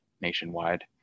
nationwide